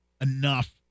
enough